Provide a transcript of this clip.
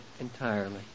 entirely